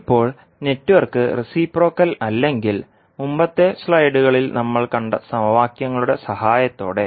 ഇപ്പോൾ network reciprocal അല്ലെങ്കിൽ മുമ്പത്തെ സ്ലൈഡുകളിൽ നമ്മൾ കണ്ട സമവാക്യങ്ങളുടെ സഹായത്തോടെ